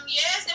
yes